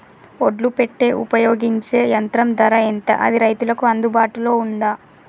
ఒడ్లు పెట్టే ఉపయోగించే యంత్రం ధర ఎంత అది రైతులకు అందుబాటులో ఉందా?